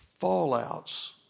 Fallouts